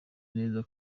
neza